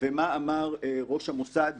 ומה אמר ראש המוסד,